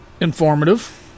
Informative